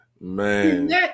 man